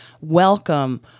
welcome